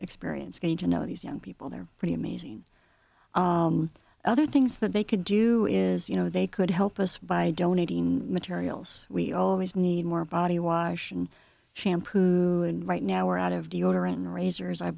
know these young people they're pretty amazing other things that they could do is you know they could help us by donating materials we always need more body wash and shampoo and right now are out of deodorant razors i